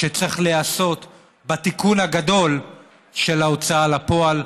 שצריך להיעשות בתיקון הגדול של ההוצאה לפועל,